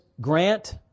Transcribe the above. grant